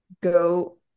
go